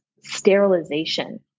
sterilization